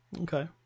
Okay